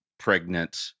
pregnant